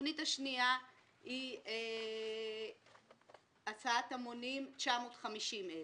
התכנית השנייה היא הסעת המונים 950 אלף.